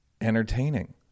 entertaining